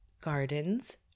gardens